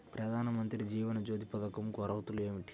ప్రధాన మంత్రి జీవన జ్యోతి పథకంకు అర్హతలు ఏమిటి?